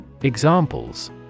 Examples